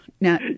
Now